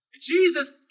Jesus